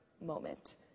moment